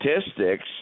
statistics